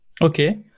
Okay